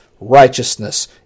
righteousness